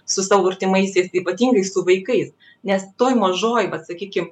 su savo artimaisiais ypatingai su vaikais nes toj mažoj vat sakykim